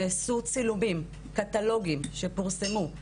נעשו צילומים קטלוגיים שפורסמו,